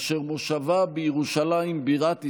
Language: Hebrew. אשר מושבה בירושלים בירת ישראל,